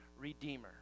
Redeemer